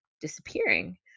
disappearing